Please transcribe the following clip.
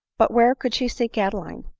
but where could she seek adeline?